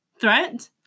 threat